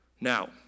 Now